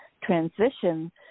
transition